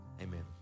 amen